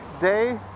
Day